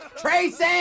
Tracy